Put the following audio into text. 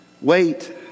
wait